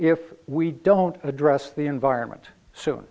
if we don't address the environment soon